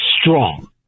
strong